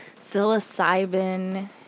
Psilocybin